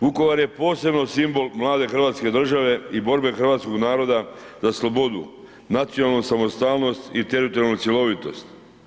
Vukovar je posebno simbol mlade hrvatske države i borbe hrvatskog naroda za slobodu, nacionalnu samostalnost i teritorijalnu cjelovitost.